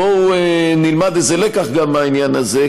בואו נלמד איזה לקח מהעניין הזה,